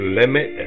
limit